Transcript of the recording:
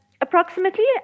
approximately